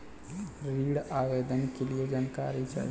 ऋण आवेदन के लिए जानकारी चाही?